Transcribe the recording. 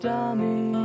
Dummy